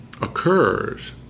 occurs